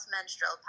menstrual